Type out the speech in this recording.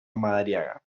madariaga